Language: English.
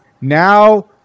Now